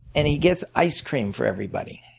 and he gets ice cream for everybody.